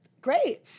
Great